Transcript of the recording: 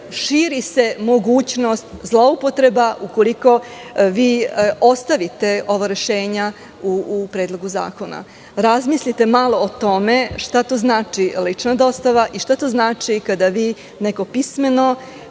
širi se mogućnost zloupotreba, ukoliko vi ostavite ova rešenja u Predlogu zakona. Razmislite malo o tome šta to znači lična dostava i šta to znači kada vi neko pismeno,